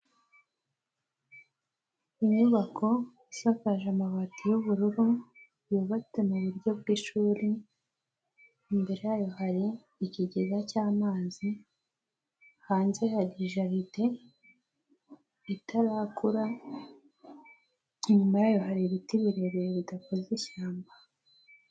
Inyubako isakaje amabati y'ubururu yubatse mu buryo bw'ishuri, imbere yayo hari ikigega cy'amazi hanze hari jaride itarakura, inyuma yayo hari ibiti birebire bidakoze ishyamba.